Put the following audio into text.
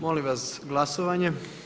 Molim vas glasovanje.